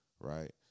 right